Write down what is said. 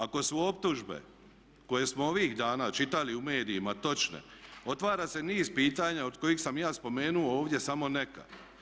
Ako su optužbe koje smo ovih dana čitali u medijima točne otvara se niz pitanja od kojih sam ja spomenuo ovdje samo neka.